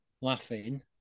laughing